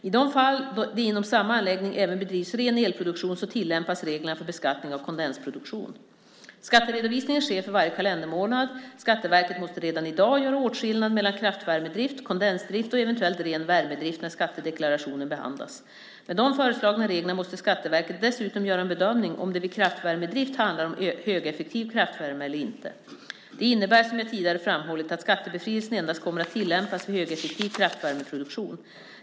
I de fall det inom samma anläggning även bedrivs ren elproduktion tillämpas reglerna för beskattning av kondensproduktion. Skatteredovisningen sker för varje kalendermånad. Skatteverket måste redan i dag göra åtskillnad mellan kraftvärmedrift, kondensdrift och eventuellt ren värmedrift när skattedeklarationen behandlas. Med de föreslagna reglerna måste Skatteverket dessutom göra en bedömning om det vid kraftvärmedrift handlar om högeffektiv kraftvärme eller inte. Det innebär, som jag tidigare framhållit, att skattebefrielsen endast kommer att tillämpas vid högeffektiv kraftvärmeproduktion.